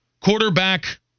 quarterback